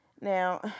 Now